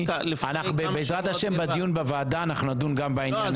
בעזרת השם בדיון בוועדה נדון גם בעניין הזה.